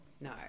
no